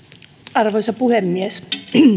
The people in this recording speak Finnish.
arvoisa puhemies